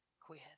quit